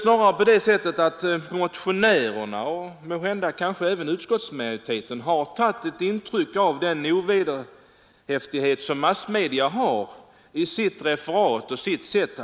Snarare är det så att motionärerna och måhända även utskottsmajoriteten har tagit intryck av de ovederhäftiga uppgifterna i massmediernas referat och av deras sätt